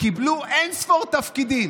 קיבלו אין-ספור תפקידים,